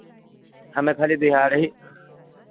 हमें खाली दिहाड़ी